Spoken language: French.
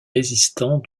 résistants